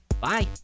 bye